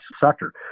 sector